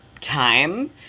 time